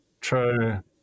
True